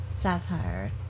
satire